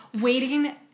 waiting